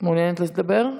מעוניינת לדבר?